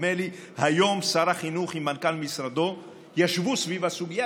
ונדמה לי שהיום שר החינוך עם מנכ"ל משרדו ישבו סביב הסוגיה,